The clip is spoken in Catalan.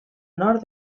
nord